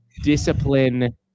Discipline